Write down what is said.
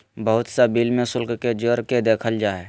बहुत सा बिल में शुल्क के जोड़ के देखल जा हइ